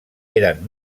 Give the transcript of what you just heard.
eren